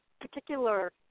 particular